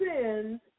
sins